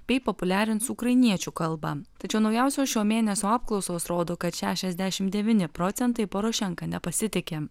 bei populiarins ukrainiečių kalba tačiau naujausios šio mėnesio apklausos rodo kad šešiasdešimt devyni procentai porošenka nepasitiki